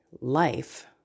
life